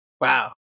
Wow